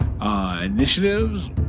Initiatives